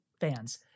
fans